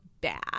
bad